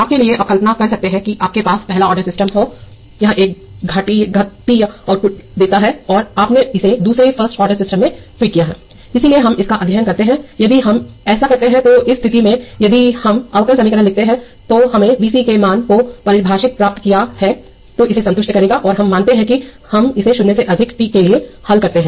आप के लिए अब कल्पना कर सकते हैं कि आपके पास पहला ऑर्डर सिस्टम हो यह एक घातीय आउटपुट देता है और आपने इसे दूसरे फर्स्ट ऑर्डर सिस्टम में फीड किया है इसलिए हम इसका अध्ययन करते हैं यदि हम ऐसा करते हैं तो इस स्थिति में यदि हम अवकल समीकरण लिखते हैं तो हमें V c के मान को परिभाषित प्राप्त किया हैजो इसे संतुष्ट करेगा और हम मानते हैं कि हम इसे 0 से अधिक t के लिए हल करते हैं